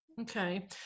Okay